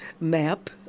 map